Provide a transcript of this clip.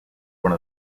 one